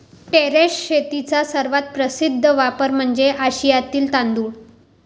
terrace शेतीचा सर्वात प्रसिद्ध वापर म्हणजे आशियातील तांदूळ